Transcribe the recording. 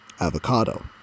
avocado